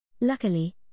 Luckily